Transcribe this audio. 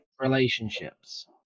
Relationships